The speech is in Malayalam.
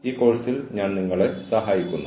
ഈ കോഴ്സിൽ ഞാൻ നിങ്ങളെ സഹായിക്കുന്നു